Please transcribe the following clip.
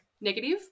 negative